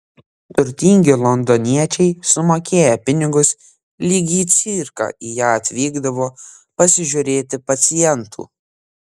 turtingi londoniečiai sumokėję pinigus lyg į cirką į ją atvykdavo pasižiūrėti pacientų